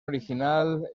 original